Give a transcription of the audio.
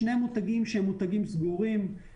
שני מותגים שהם מותגים סגורים.